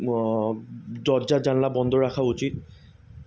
ও দরজা জানলা বন্ধ রাখা উচিৎ